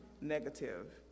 negative